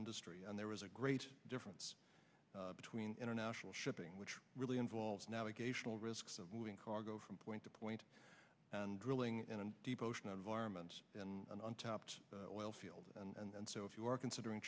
industry and there was a great difference between international shipping which really involves navigational risks of moving cargo from point to point and drilling and deep ocean environments and an untapped oil field and so if you are considering